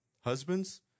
Husbands